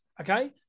okay